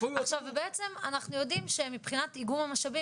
ובעצם אנחנו יודעים שמבחינת איגום המשאבים